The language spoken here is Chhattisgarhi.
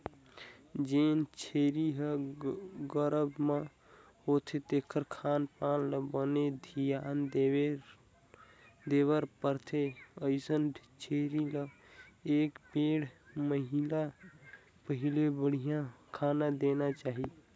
जेन छेरी ह गरभ म होथे तेखर खान पान ल बने धियान देबर परथे, अइसन छेरी ल एक ढ़ेड़ महिना पहिली बड़िहा खाना देना चाही